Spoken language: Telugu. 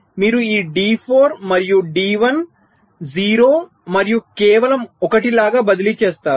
మీరు ఈ D4 మరియు D1 0 మరియు కేవలం 1 లాగా బదిలీ చేస్తారు